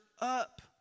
up